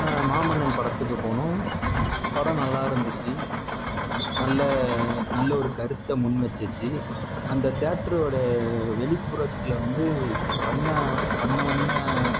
மாமன்னன் படத்துக்கு போனோம் படம் நல்லாருந்துச்சு நல்ல நல்ல ஒரு கருத்தை முன் வச்சுச்சி அந்த தியேட்டரோடய வெளிப்புறத்தில் வந்து வண்ண வண்ண வண்ண